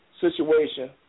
situation